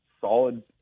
solid